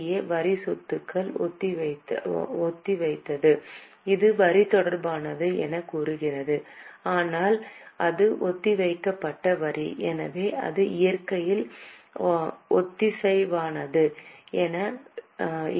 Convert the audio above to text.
ஏ வரிச் சொத்துகளை ஒத்திவைத்தது இது வரி தொடர்பானது எனக் கூறுகிறது ஆனால் அது ஒத்திவைக்கப்பட்ட வரி எனவே இது இயற்கையில் ஒத்திசைவானது எனவே என்